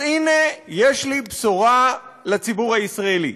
אז הנה, יש לי בשורה לציבור הישראלי: